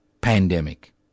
pandemic